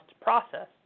process